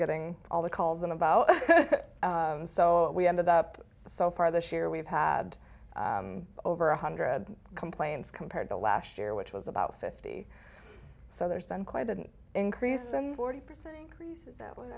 getting all the calls them about and so we ended up so far this year we've had over one hundred complaints compared to last year which was about fifty so there's been quite an increase in the forty percent increase is that w